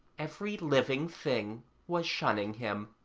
every living thing was shunning him.